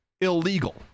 illegal